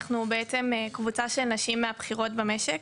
אנחנו בעצם קבוצה של נשים מהבכירות במשק,